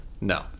No